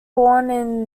born